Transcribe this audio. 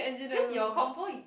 because your convo